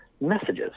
messages